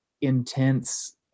intense